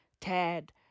Tad